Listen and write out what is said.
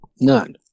None